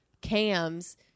cams